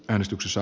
äänestyksessä